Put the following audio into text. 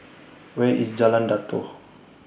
Where IS Jalan Datoh